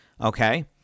Okay